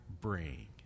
bring